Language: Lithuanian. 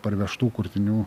parvežtų kurtinių